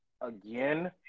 again